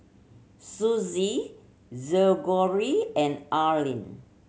Suzy Greggory and Allyn